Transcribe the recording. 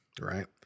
Right